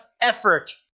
effort